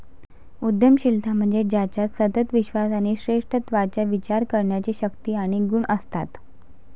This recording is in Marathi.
उद्यमशीलता म्हणजे ज्याच्यात सतत विश्वास आणि श्रेष्ठत्वाचा विचार करण्याची शक्ती आणि गुण असतात